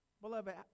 Beloved